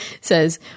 says